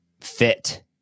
fit